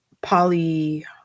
poly